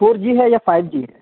four G ہے یا five G ہے